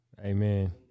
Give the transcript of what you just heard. Amen